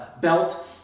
belt